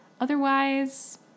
Otherwise